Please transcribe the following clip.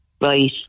right